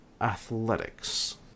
athletics